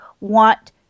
want